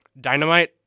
Dynamite